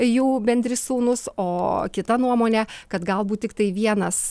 jų bendri sūnūs o kita nuomone kad galbūt tiktai vienas